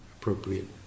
appropriate